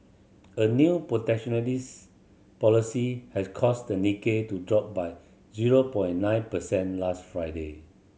a new protectionist policy has caused the Nikkei to drop by zero point nine percent last Friday